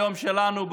היום שלנו,